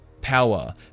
Power